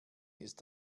ist